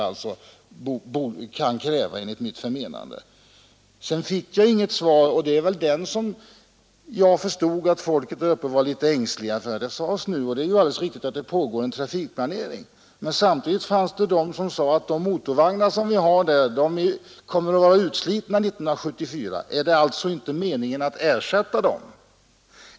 Det är riktigt att det pågår en trafikplanering. Men människorna där uppe var oroliga. Man sade att de motorvagnar som fanns kommer att vara utslitna 1974, Är det inte meningen att ersätta dem?